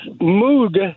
mood